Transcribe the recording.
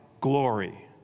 glory